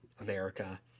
America